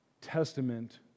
testament